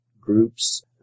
groups